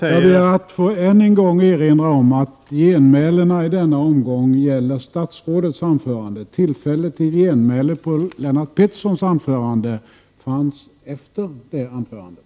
Ännu en gång ber jag att få erinra om att genmälen i denna omgång gäller statsrådets anförande. Det fanns tillfälle till genmäle med anledning av Lennart Petterssons anförande efter det anförandet.